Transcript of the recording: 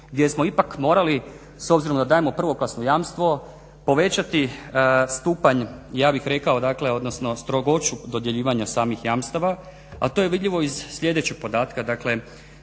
gdje smo ipak morali s obzirom da dajemo prvoklasno jamstvo povećati stupanj ja bih rekao, dakle odnosno strogoću dodjeljivanja samih jamstava, a to je vidljivo iz sljedećeg podatka. Dakle,